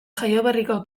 jaioberriko